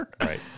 right